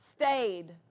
stayed